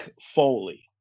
Foley